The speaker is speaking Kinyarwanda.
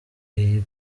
iyi